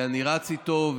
אני רץ איתו,